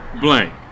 blank